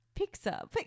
pizza